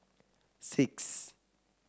six